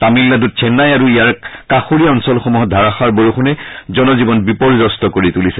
তামিলনাডূত চেন্নাই আৰু ইয়াৰ কাষৰীয়া অঞ্চলসমূহত ধাৰাসাৰ বৰষুণে জনজীৱন বিপৰ্যস্ত কৰি তুলিছে